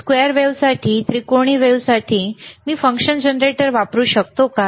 square वेव्हसाठी त्रिकोणी वेव्हसाठी मी फंक्शन जनरेटर वापरू शकतो काय